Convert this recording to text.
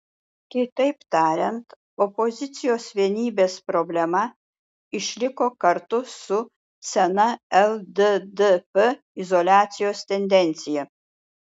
kitaip tariant opozicijos vienybės problema išliko kartu su sena lddp izoliacijos tendencija